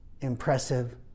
impressive